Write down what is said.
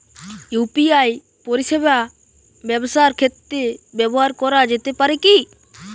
UPI পরিষেবা ব্যবসার ক্ষেত্রে ব্যবহার করা যেতে পারে কি?